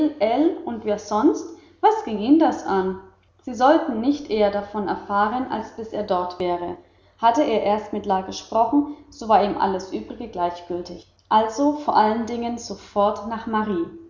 und wer sonst was ging ihn das an sie sollten nicht eher davon erfahren als bis er dort wäre hatte er erst mit la gesprochen so war ihm alles übrige gleichgültig also vor allen dingen sofort nach mari